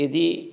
यदि